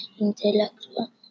intellectual